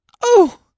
Oh